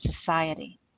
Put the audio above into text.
society